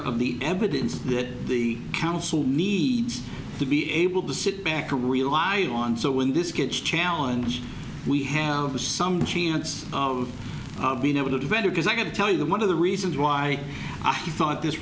of the evidence that the council needs to be able to sit back or rely on so when this gets challenge we have some chance of being able to do better because i can tell you one of the reasons why i thought this